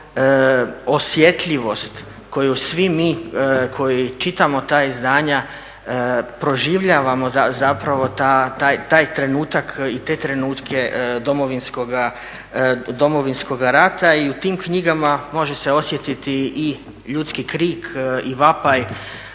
osjetljivost koju svi mi koji čitamo ta izdanja proživljavamo zapravo taj trenutak i te trenutke Domovinskoga rata i u tim knjigama može se osjetiti ljudski krik i vapaj